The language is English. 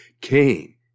Cain